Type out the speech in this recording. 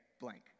blank